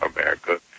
America